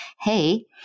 hey